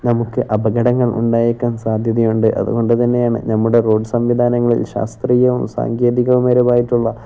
നമുക്ക് അപകടങ്ങൾ ഉണ്ടായേക്കാൻ സാധ്യതയുണ്ട് അതുകൊണ്ടുതന്നെയാണ് നമ്മുടെ റോഡ് സംവിധാനങ്ങളിൽ ശാസ്ത്രീയവും സാങ്കേതികപരമായിട്ടുള്ള